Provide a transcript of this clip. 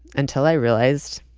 until i realized,